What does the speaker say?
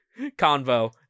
convo